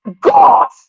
God